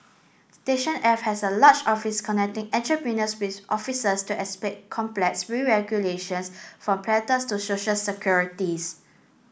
station F has a large office connecting entrepreneurs with officers to explain complex from patents to social securities